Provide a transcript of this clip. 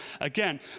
again